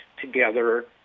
together